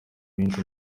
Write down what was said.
benshi